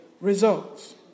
results